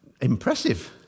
impressive